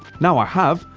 now i have,